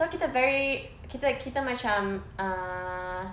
so kita very kita kita macam ah